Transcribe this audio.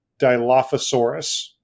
Dilophosaurus